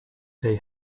they